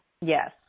Yes